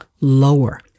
lower